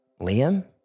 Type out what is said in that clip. Liam